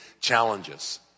challenges